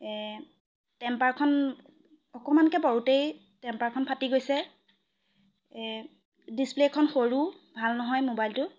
টেম্পাৰখন অকণমানকৈ পৰোঁতেই টেম্পাৰখন ফাটি গৈছে ডিচপ্লেখন সৰু ভাল নহয় মোবাইলটো